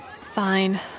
Fine